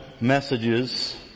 messages